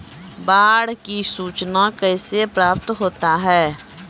बाढ की सुचना कैसे प्राप्त होता हैं?